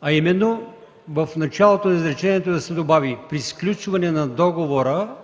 а именно – в началото на изречението да се добави „при сключване на договора”